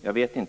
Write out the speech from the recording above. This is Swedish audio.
göras av